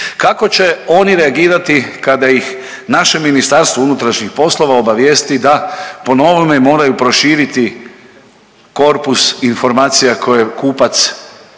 Kako će oni reagirati kada ih naše Ministarstvo unutrašnjih poslova obavijesti da po novome moraju proširiti korpus informacija koje kupac